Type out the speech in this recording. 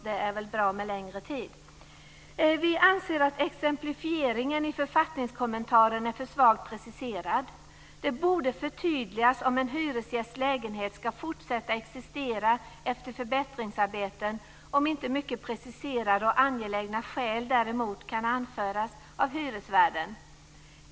Det är väl bra med längre tid. Vi anser att exemplifieringen i författningskommentaren är för svagt preciserad. Det borde förtydligas om en hyresgästs lägenhet ska fortsätta existera efter förbättringsarbeten om inte mycket preciserade och angelägna skäl däremot kan anföras av hyresvärden.